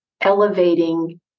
elevating